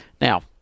now